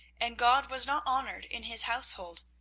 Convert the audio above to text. and god was not honoured in his household.